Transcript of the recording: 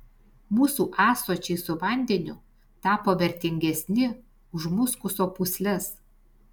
mūsų ąsočiai su vandeniu tapo vertingesni už muskuso pūsles